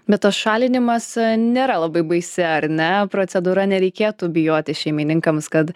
bet tas šalinimas nėra labai baisi ar ne procedūra nereikėtų bijoti šeimininkams kad